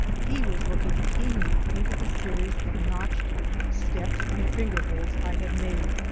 he was looking keenly into the series of notched steps and finger-holds i had made,